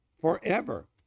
forever